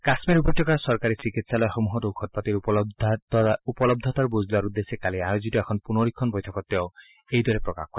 কাশ্মীৰ উপত্যাক চৰকাৰী চিকিৎসালয়সমূহত ঔষধ পাতিৰ উপলব্ধতাৰ বুজ লোৱাৰ উদ্দেশ্যে কালি আয়োজিত এখন পুনৰীক্ষণ বৈঠকত তেওঁ এইদৰে প্ৰকাশ কৰে